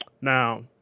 Now